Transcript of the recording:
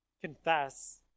confess